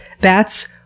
bats